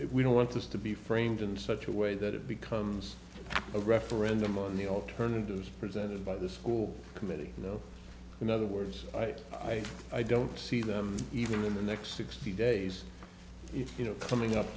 we don't want to be framed in such a way that it becomes a referendum on the alternatives presented by the school committee in other words i i i don't see them even in the next sixty days if you know coming up